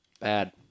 bad